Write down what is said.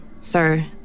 sir